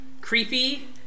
creepy